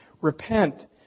Repent